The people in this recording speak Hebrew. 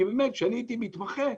כשאני הייתי מתמחה,